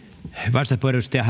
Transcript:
edustaja